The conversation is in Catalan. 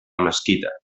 mesquita